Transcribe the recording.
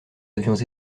avions